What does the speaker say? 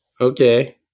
okay